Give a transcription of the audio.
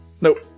Nope